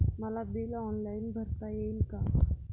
मला bill online भरता येईल का?